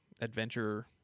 adventure